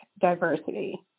diversity